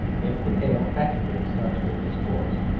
if the tale practically starts with his corpse.